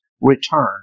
Return